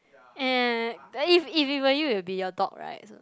eh ya ya if if it were you it will be your dog right so